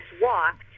walked